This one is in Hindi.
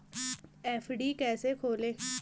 एफ.डी कैसे खोलें?